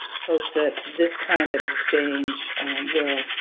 hope that this kind of exchange will